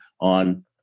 on